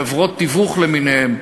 חברות תיווך למיניהן,